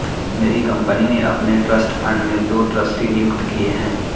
मेरी कंपनी ने अपने ट्रस्ट फण्ड में दो ट्रस्टी नियुक्त किये है